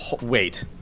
wait